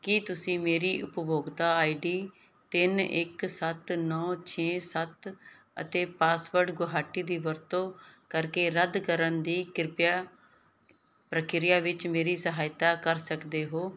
ਕੀ ਤੁਸੀਂ ਮੇਰੀ ਉਪਭੋਗਤਾ ਆਈਡੀ ਤਿੰਨ ਇੱਕ ਸੱਤ ਨੌਂ ਛੇ ਸੱਤ ਅਤੇ ਪਾਸਵਰਡ ਗੁਹਾਟੀ ਦੀ ਵਰਤੋਂ ਕਰਕੇ ਰੱਦ ਕਰਨ ਦੀ ਕਿਰਪਿਆ ਪ੍ਰਕਿਰਿਆ ਵਿੱਚ ਮੇਰੀ ਸਹਾਇਤਾ ਕਰ ਸਕਦੇ ਹੋ